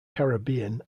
caribbean